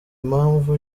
impamvu